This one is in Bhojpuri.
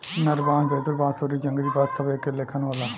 नर बांस, वेदुर बांस आउरी जंगली बांस सब एके लेखन होला